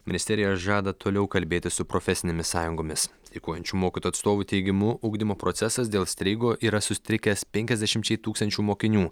ministerija žada toliau kalbėtis su profesinėmis sąjungomis streikuojančių mokytojų atstovų teigimu ugdymo procesas dėl streiko yra sutrikęs penkiasdešimčiai tūkstančių mokinių